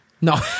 No